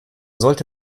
sollte